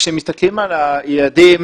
כאשר מסתכלים על היעדים,